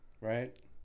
right